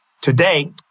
Today